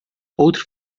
outro